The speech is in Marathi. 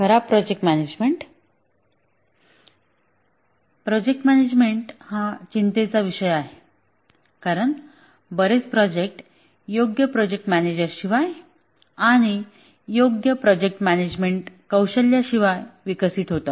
खराब प्रोजेक्ट मॅनेजमेंट प्रोजेक्ट मॅनेजमेंट हा चिंतेचा विषय आहे कारण बरेच प्रोजेक्ट योग्य प्रोजेक्ट मॅनेजर शिवाय आणि योग्य प्रोजेक्ट मॅनेजमेंट कौशल्याशिवाय विकसित होतात